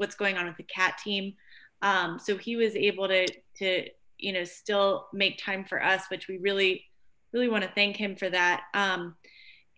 what's going on with the cat team so he was able to you know still make time for us which we really really want to thank him for that